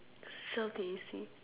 switched off the A_C